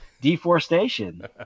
deforestation